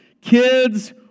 Kids